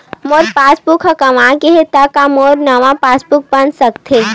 मोर passbook ह गंवा गे हे त का नवा पास बुक बन सकथे?